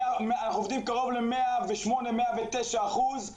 אנחנו עובדים קרוב ל-109-108 אחוזים.